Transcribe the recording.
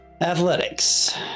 athletics